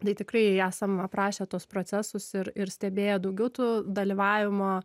tai tikrai esam aprašę tuos procesus ir ir stebėję daugiau tų dalyvavimo